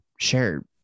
share